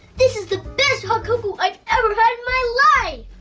this is the best hot cocoa i've ever had in my life!